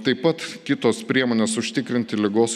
taip pat kitos priemonės užtikrinti ligos